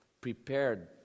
prepared